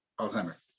Alzheimer